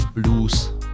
Blues